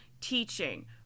teaching